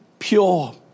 pure